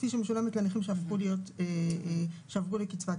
כפי שמשולמת לנכים שעברו לקצבת זקנה.